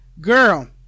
girl